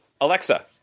Alexa